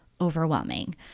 overwhelming